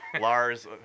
Lars